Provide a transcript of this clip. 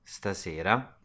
stasera